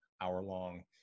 hour-long